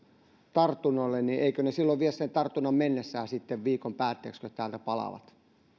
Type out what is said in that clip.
tartunnoille niin eivätkö he silloin vie sen tartunnan mennessään sitten viikon päätteeksi kun he täältä palaavat